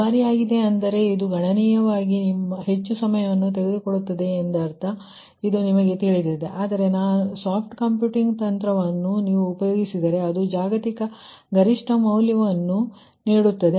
ದುಬಾರಿಯಾಗಿದೆ ಅಂದರೆ ಇದು ಕಂಪ್ಯೂಟೇಷನ್ ಮಾಡಲು ಹೆಚ್ಚು ಸಮಯ ತೆಗೆದುಕೊಳ್ಳುತ್ತದೆ ಎಂದರ್ಥ ಇದು ನಿಮಗೆ ತಿಳಿದಿದೆ ಆದರೆ ಸಾಫ್ಟ್ ಕಂಪ್ಯೂಟಿಂಗ್ ತಂತ್ರವನ್ನು ನೀವು ಉಪಯೋಗಿಸಿದರೆ ಅದು ಜಾಗತಿಕ ಗರಿಷ್ಠ ಮೌಲ್ಯವನ್ನು ನೀಡುತ್ತದೆ